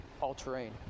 all-terrain